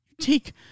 Take